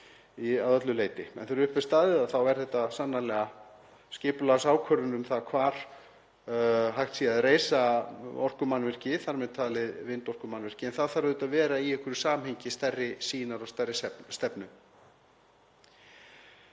þegar upp er staðið þá er þetta sannarlega skipulagsákvörðun um það hvar hægt sé að reisa orkumannvirki, þar með talið vindorkumannvirki, en það þarf auðvitað að vera í einhverju samhengi stærri sýnar og stærri stefnu.